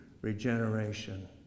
regeneration